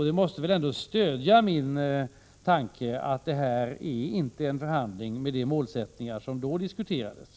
Det måste väl ändå stödja min tanke att detta inte är en förhandling med de målsättningar som då diskuterades.